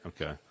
okay